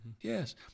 Yes